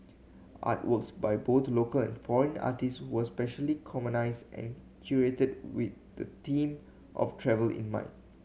artworks by both local and foreign artist were specially and curated with the theme of travel in mind